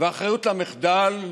המשבר הזה